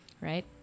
Right